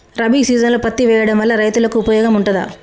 రబీ సీజన్లో పత్తి వేయడం వల్ల రైతులకు ఉపయోగం ఉంటదా?